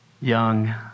young